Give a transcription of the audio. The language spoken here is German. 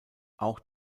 auch